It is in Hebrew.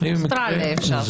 אוסטרליה אפשר.